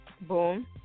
Boom